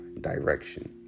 direction